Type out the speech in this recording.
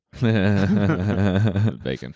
Bacon